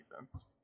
defense